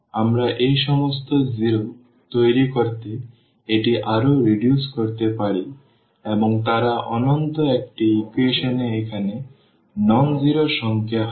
সুতরাং আমরা এই সমস্ত 0 তৈরি করতে এটি আরও রিডিউস করতে পারি এবং তারা অন্তত একটি ইকুয়েশন এ এখানে অ শূন্য সংখ্যা হবে